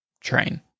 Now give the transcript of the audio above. train